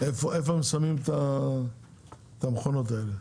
איפה שמים את המכונות האלה?